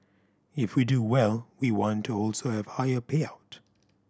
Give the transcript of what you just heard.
if we do well we want to also have higher payout